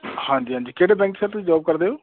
ਹਾਂਜੀ ਹਾਂਜੀ ਕਿਹੜੇ ਬੈਂਕ ਸਰ ਤੁਸੀਂ ਜੋਬ ਕਰਦੇ ਹੋ